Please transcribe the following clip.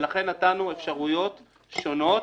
ולכן נתנו אפשרויות שונות.